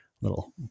little